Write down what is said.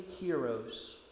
heroes